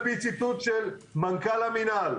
על פי ציטוט של מנכ"ל המנהל,